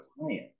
client